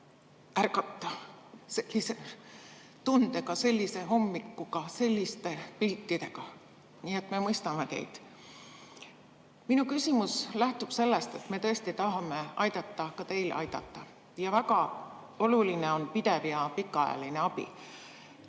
sellisel hommikul sellise tundega, selliste piltidega. Nii et me mõistame teid. Minu küsimus lähtub sellest, et me tõesti tahame aidata ka teil aidata ja väga oluline on pidev ja pikaajaline abi.